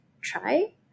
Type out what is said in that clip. try